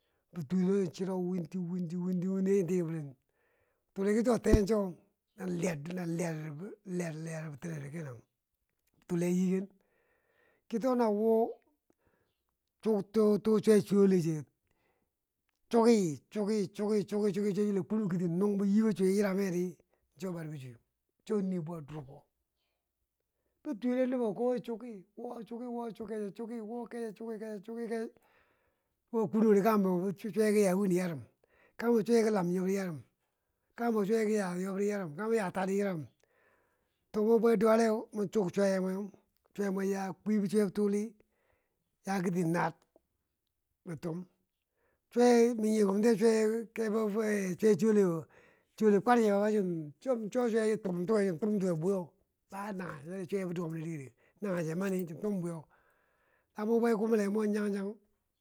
Bi twetoh who chirow winti winti winti winti yachin tike firen, bituli ki tea cho na liyar do na liyar do liyar liyar bitorero kenan, bituli ya yiken kitona wo tuk chok chok swa swele se suki suki suki suki suki suki yila kweu kiri ti nung bo yie foswear yiram wiyeri cho bar bi swea so bar bi suwe so yi bua durgo bituli nubo suki wo suki wosuki wo kese suki wo ke she suki wo kunou ri kagimbo ki swai kiyawi yarim kagembo swai kilam yob ri yarim kagembo swi ki ya taar di yarim to wo bwe duwale mu suk swai mwe ya kwi sui bi bituli yar kiriti nar ri tumb sui miyikomtiye bai kebo sui sui ye solewo sole kwarchere ga cho sui chi tum tuwe chi sum suwe bwuyo ba nage yaba dou kwiti liri nagen che mani chi kwam buyo tamubwe kumbile ki mo yagchak.